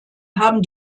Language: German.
haben